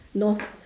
no